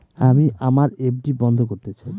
আমি আমার এফ.ডি বন্ধ করতে চাই